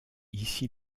issy